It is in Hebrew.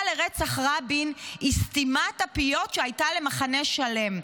לרצח רבין היא סתימת הפיות שהייתה למחנה שלם.